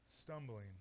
stumbling